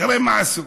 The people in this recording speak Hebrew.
תראה מה עשו